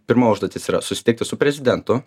pirma užduotis yra susitikti su prezidentu